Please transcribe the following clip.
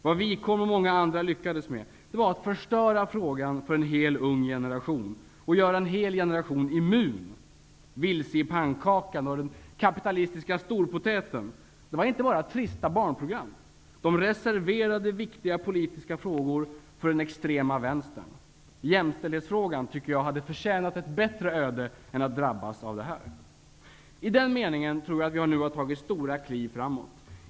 Vad Wikholm och många andra lyckades med var att förstöra frågan för en hel ung generation och göra en hel generation immun. ''Vilse i pannkakan'' och ''den kapitalistiska storpotäten'' var inte bara trista barnprogram. De reserverade viktiga politiska frågor för den extrema Vänstern. Jämställdhetsfrågan hade förtjänat ett bättre öde. I den meningen tror jag att vi nu har tagit stora kliv framåt.